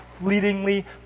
fleetingly